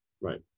Right